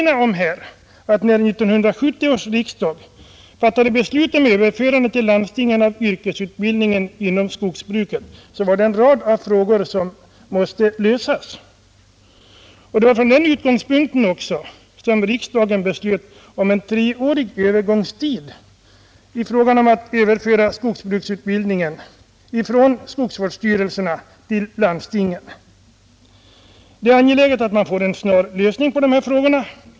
När 1970 års riksdag fattade beslut om överförande från skogsvårdsstyrelserna till landstingen av yrkesutbildningen inom skogsbruket, var det en rad frågor som måste lösas. Det var också från den utgångspunkten som riksdagen beslöt om en treårig övergångstid. Det är angeläget att man får en lösning av dessa frågor.